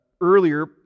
earlier